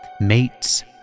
mates